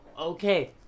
Okay